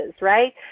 right